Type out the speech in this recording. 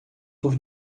por